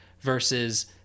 versus